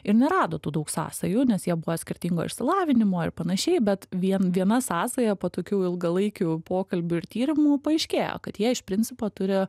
ir nerado tų daug sąsajų nes jie buvo skirtingo išsilavinimo ir panašiai bet vien viena sąsaja po tokių ilgalaikių pokalbių ir tyrimų paaiškėjo kad jie iš principo turi